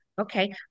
Okay